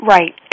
Right